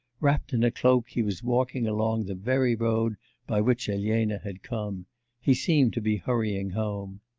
wrapt in a cloak he was walking along the very road by which elena had come he seemed to be hurrying home.